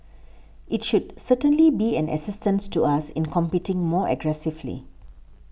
it should certainly be an assistance to us in competing more aggressively